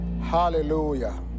Hallelujah